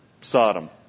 Sodom